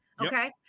Okay